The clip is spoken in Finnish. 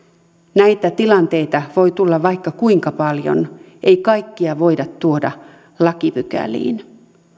näitä tilanteita voi tulla vaikka kuinka paljon ei kaikkia voida tuoda lakipykäliin